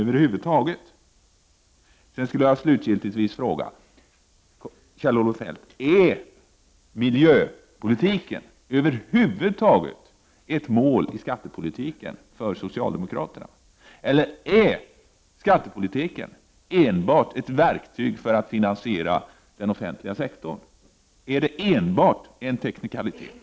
Avslutningsvis skulle jag vilja fråga Kjell-Olof Feldt om miljöpolitiken över huvud taget är ett mål i skattepolitiken för socialdemokraterna eller om skattepolitiken enbart är ett verktyg för att finansiera den offentliga sektorn. Är den enbart en teknikalitet?